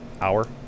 hour